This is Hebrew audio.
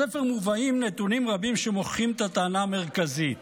בספר מובאים נתונים רבים שמוכיחים את הטענה המרכזית.